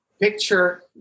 picture